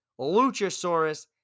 Luchasaurus